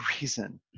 reason